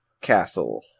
castle